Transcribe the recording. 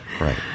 Right